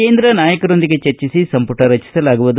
ಕೇಂದ್ರ ನಾಯಕರೊಂದಿಗೆ ಚರ್ಚಿಸಿ ಸಂಪುಟ ರಚಿಸಲಾಗುವುದು